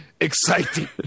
exciting